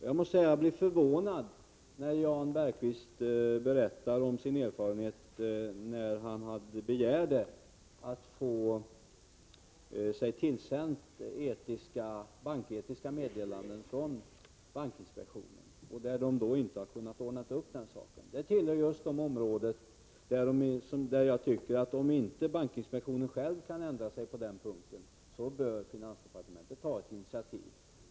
Jag måste säga att jag blev förvånad när Jan Bergqvist berättade om sina erfarenheter då han begärde att få sig banketiska meddelanden tillsända från bankinspektionen. Den saken har inte kunnat ordnas upp. Detta hör just till de områden där jag tycker att om inte bankinspektionen själv kan ändra sig, då bör finansdepartementet ta ett initiativ.